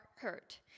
hurt